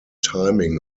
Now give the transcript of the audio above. timing